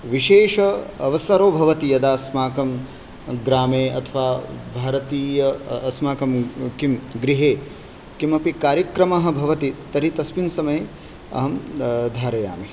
विशेष अवसरो भवति यदास्माकं ग्रामे अथवा भारतीय अस्माकं किं गृहे किमपि कार्यक्रमः भवति तर्हि तस्मिन् समये अहं धारयामि